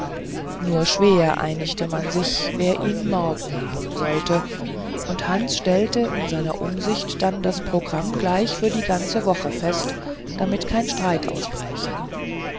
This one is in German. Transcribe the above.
nur schwer einigte man sich wer ihn morgen haben sollte und hans stellte in seiner umsicht dann das programm gleich für die ganze woche fest damit kein streit ausbräche